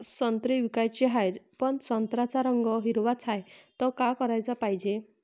संत्रे विकाचे हाये, पन संत्र्याचा रंग हिरवाच हाये, त का कराच पायजे?